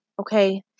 okay